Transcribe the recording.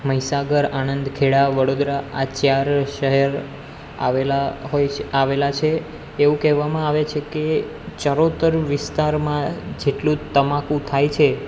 મહીસાગર આણંદ ખેળા વડોદરા આ ચાર શહેર આવેલા હોય છે આવેલા છે એવું કેવામાં આવે છે કે ચરોતર વિસ્તારમાં જેટલું તમાકુ થાય છે